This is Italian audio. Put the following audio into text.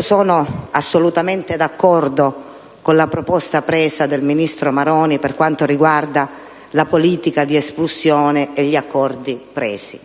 Sono assolutamente d'accordo con l'iniziativa del ministro Maroni per quanto riguarda la politica di espulsione e gli accordi assunti,